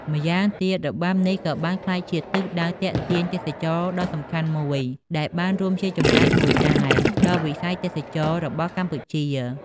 ម្យ៉ាងទៀត របាំនេះក៏បានក្លាយជាទិសដៅទាក់ទាញទេសចរណ៍ដ៏សំខាន់មួយ ដែលបានរួមជាចំណែកមួយដែរដល់វិស័យទេសចរណ៍របស់កម្ពុជា។